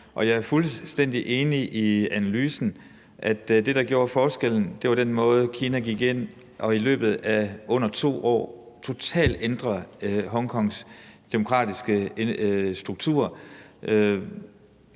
jeg er fuldstændig enig i analysen af, at det, der gjorde forskellen, var den måde, Kina gik ind og på under 2 år totalt ændrede Hongkongs demokratiske struktur.